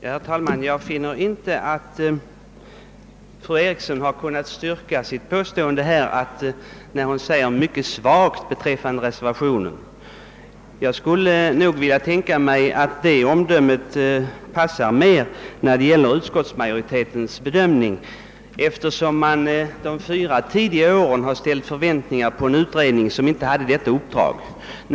Herr talman! Jag finner inte att fru Eriksson i Stockholm kunnat styrka sitt påstående att det skulle vara »mycket svagt» att avge en reservation sådan som den som fogats till utskottsutlåtan det. Jag anser att omdömet passar bättre. på utskottsmajoritetens ställningstagande, eftersom utskottsmajoriteten vid de fyra tidigare tillfällena ställt förväntningar på en utredning som inte hade till uppdrag att utreda denna fråga.